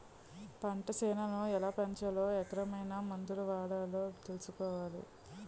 పంటసేలని ఎలాపెంచాలో ఏరకమైన మందులు వాడాలో తెలుసుకోవాలి